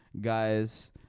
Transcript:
guys